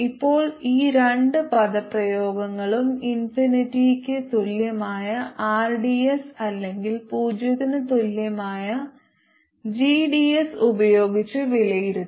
ഇപ്പോൾ ഈ രണ്ട് പദപ്രയോഗങ്ങളും ഇൻഫിനിറ്റിക്ക് തുല്യമായ rds അല്ലെങ്കിൽ പൂജ്യത്തിന് തുല്യമായ gds ഉപയോഗിച്ച് വിലയിരുത്തി